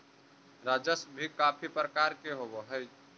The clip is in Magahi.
राजस्व भी काफी प्रकार के होवअ हई